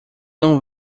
não